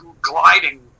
gliding